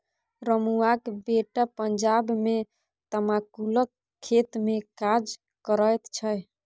रमुआक बेटा पंजाब मे तमाकुलक खेतमे काज करैत छै